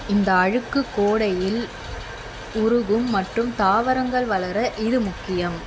இந்த அழுக்கு கோடையில் உருகும் மற்றும் தாவரங்கள் வளர இது முக்கியம்